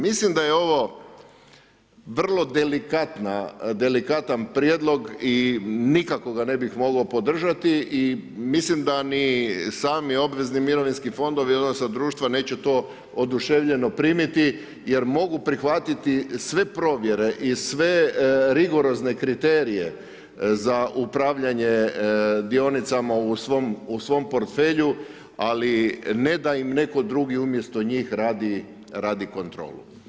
Mislim da je ovo vrlo delikatna, delikatan prijedlog i nikako ga ne bih mogao podržati, i mislim da ni sami obvezni mirovinski fondovi odnosno društva neće to oduševljeno primiti, jer mogu prihvatiti sve provjere i sve rigorozne kriterije za upravljanje dionicama u svom portfelju, ali ne da im netko drugi umjesto njih radi kontrolu.